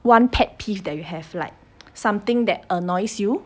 one pet peeve that you have like something that annoys you